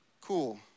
cool